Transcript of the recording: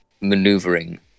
maneuvering